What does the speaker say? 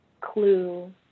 clue